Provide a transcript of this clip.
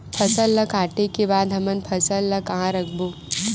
फसल ला काटे के बाद हमन फसल ल कहां रखबो?